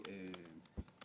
שאני בדרך כלל לא נוהג לנקוט,